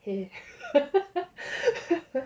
!hey!